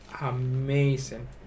amazing